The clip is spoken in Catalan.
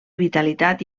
vitalitat